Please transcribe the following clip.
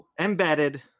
embedded